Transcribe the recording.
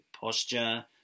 posture